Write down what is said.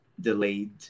delayed